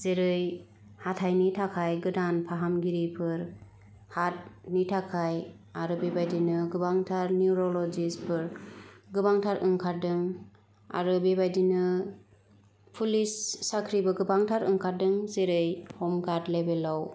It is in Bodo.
जेरै हाथाइनि थाखाय गोदान फाहामगिरिफोर हार्टनि थाखाय आरो बेबादिनो गोबांथार निउर'ल'जिस्टफोर गोबांथार ओंखारदों आरो बेबादिनो पुलिस साख्रिबो गोबांथार ओंखारदों जेरै हमगार्ड लेबेलाव